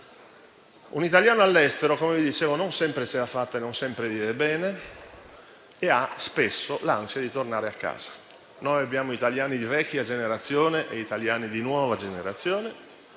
Un italiano all'estero, come dicevo, non sempre ce l'ha fatta, non sempre vive bene e ha spesso l'ansia di tornare a casa. Noi abbiamo all'estero italiani di vecchia generazione e italiani di nuova generazione,